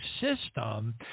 system